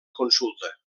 consulta